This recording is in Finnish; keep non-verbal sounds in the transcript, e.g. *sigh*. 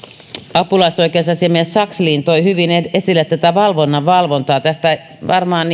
apulaisoikeusasiamies sakslin toi hyvin esille tätä valvonnan valvontaa tästä varmaan *unintelligible*